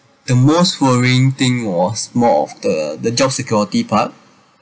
the most worrying thing was more of the the job security part